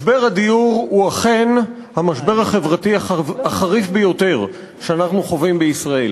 משבר הדיור הוא אכן המשבר החברתי החריף ביותר שאנחנו חווים בישראל.